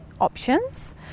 options